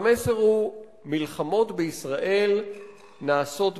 והמסר הוא: מלחמות בישראל נעשות בקלות,